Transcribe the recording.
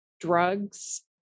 drugs